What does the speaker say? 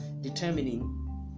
determining